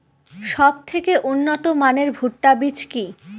সবথেকে উন্নত মানের ভুট্টা বীজ কি?